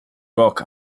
rock